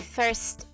first